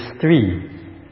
three